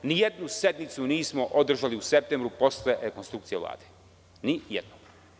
Ni jednu sednicu nismo održali u septembru posle rekonstrukcije Vlade, ni jednu.